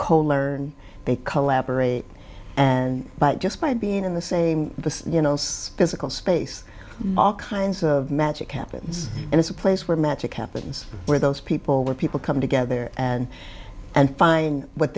cold learn they collaborate and but just by being in the same you know it's physical space all kinds of magic happens and it's a place where magic happens where those people where people come together and and find what